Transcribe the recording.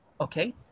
okay